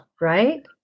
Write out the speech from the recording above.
right